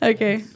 Okay